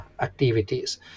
activities